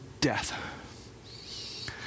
death